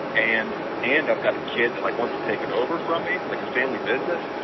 and and i've got a kid that like wants to take it over from me like a family business,